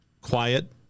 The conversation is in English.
Quiet